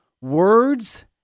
words